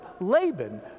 Laban